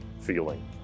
feeling